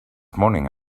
morning